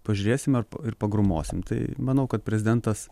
pažiūrėsim ar ir pagrūmosim tai manau kad prezidentas